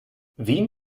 wien